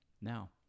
Now